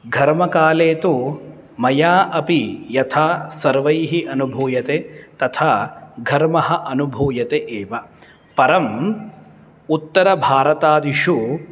घर्मकाले तु मया अपि यथा सर्वैः अनुभूयते तथा घर्मः अनुभूयते एव परम् उत्तरभारतादिषु